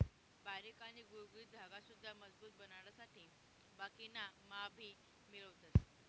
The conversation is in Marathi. बारीक आणि गुळगुळीत धागा सुद्धा मजबूत बनाडासाठे बाकिना मा भी मिळवतस